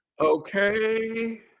Okay